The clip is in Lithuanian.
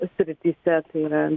srityse tai yra